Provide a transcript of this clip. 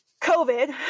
COVID